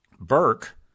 Burke